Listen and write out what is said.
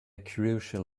crucial